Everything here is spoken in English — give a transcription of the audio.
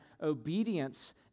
obedience